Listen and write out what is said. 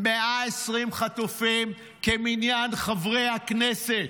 120 חטופים, כמניין חברי הכנסת.